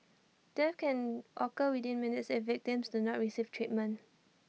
death can occur within minutes if victims do not receive treatment